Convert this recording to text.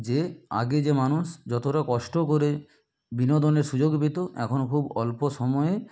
যে আগে যে মানুষ যতটা কষ্ট করে বিনোদনের সুযোগ পেত এখন খুব অল্প সময়ে